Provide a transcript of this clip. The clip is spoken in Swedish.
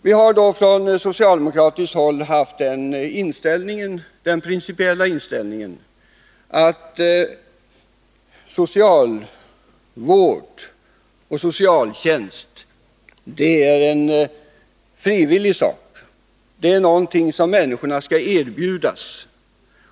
Vi har från socialdemokratiskt håll haft den principiella inställningen, att socialvård och socialtjänst är någonting frivilligt. Det är någonting som människorna skall erbjudas.